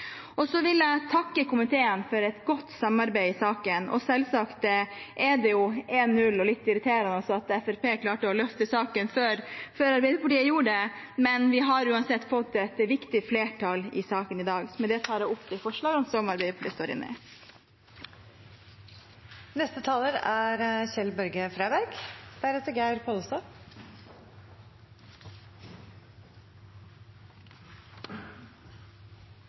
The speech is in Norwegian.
vil takke komiteen for et godt samarbeid i saken. Selvsagt er det 1–0 og litt irriterende at Fremskrittspartiet klarte å løfte fram saken før Arbeiderpartiet gjorde det, men vi har uansett fått et viktig flertall i saken i dag. Med det anbefaler jeg innstillingen. La meg starte med å si at jeg synes dette representantforslaget er